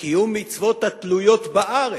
וקיום מצוות התלויות בארץ,